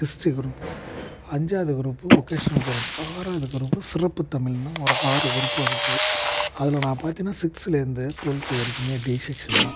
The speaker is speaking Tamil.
ஹிஸ்ட்ரி குரூப்பு அஞ்சாவது குரூப்பு வொக்கேஸனல் குரூப்பு ஆறாவது குரூப்பு சிறப்புத் தமிழ்னு ஒரு ஆறு குரூப்பு இருக்குது அதில் நான் பார்த்தீனா சிக்ஸ்த்திலேருந்து டுவெல்த் வரைக்குமே டி செக்ஸன் தான்